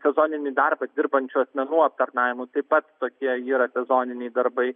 sezoninį darbą dirbančių asmenų aptarnavimu taip pat tokie yra sezoniniai darbai